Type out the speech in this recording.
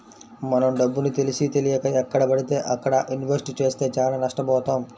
మనం డబ్బుని తెలిసీతెలియక ఎక్కడబడితే అక్కడ ఇన్వెస్ట్ చేస్తే చానా నష్టబోతాం